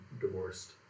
divorced